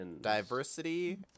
Diversity